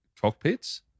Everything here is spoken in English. cockpits